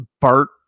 Bart